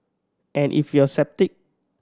and if you're a sceptic